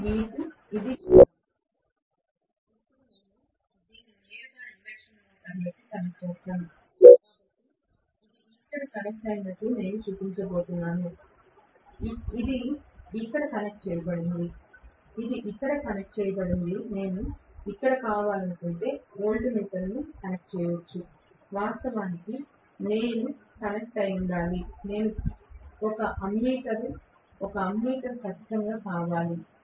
ఇప్పుడు నేను దీన్ని నేరుగా ఇండక్షన్ మోటారుకు కనెక్ట్ చేస్తాను కాబట్టి ఇది ఇక్కడ కనెక్ట్ అయినట్లు నేను చూపించబోతున్నాను ఇది ఇక్కడ కనెక్ట్ చేయబడింది ఇది ఇక్కడ కనెక్ట్ చేయబడింది నేను ఇక్కడ కావాలనుకుంటే వోల్టమీటర్ను కనెక్ట్ చేయవచ్చు వాస్తవానికి నేను కనెక్ట్ అయి ఉండాలి నేను తప్పిపోయిన ఒక అమ్మీటర్ అమ్మీటర్ ఖచ్చితంగా రావాలి